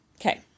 Okay